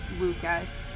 Lucas